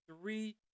three